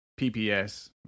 pps